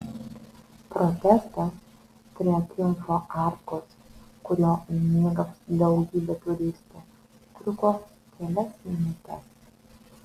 protestas prie triumfo arkos kuriuo mėgavosi daugybė turistų truko kelias minutes